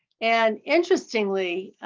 and interestingly,